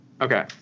Okay